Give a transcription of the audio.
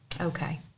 Okay